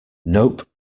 nope